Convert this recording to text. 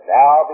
now